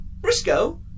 Briscoe